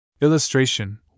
Illustration